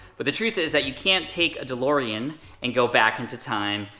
but the truth is that you can't take a delorean and go back into time.